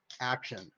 action